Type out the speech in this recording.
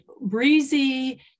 breezy